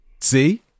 See